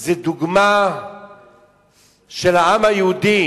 זה דוגמה של העם היהודי.